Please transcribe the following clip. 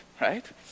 right